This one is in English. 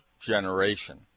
generation